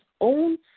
own